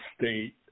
State